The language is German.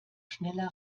schneller